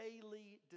daily